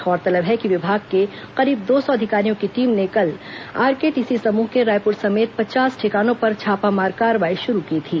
गौरतलब है कि विभाग के करीब दो सौ अधिकारियों की टीम ने कल आरकेटीसी समूह के रायपुर समेत पचास ठिकानों पर छापा मार कार्रवाई शुरू की थी